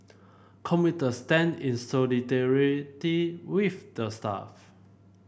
commuter stand in solidarity with the staff